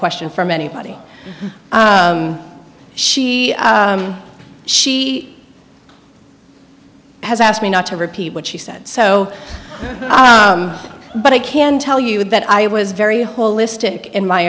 questions from anybody she she has asked me not to repeat what she said so but i can tell you that i was very holistic in my